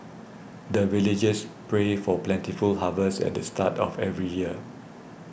the villagers pray for plentiful harvest at the start of every year